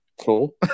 Cool